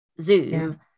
zoom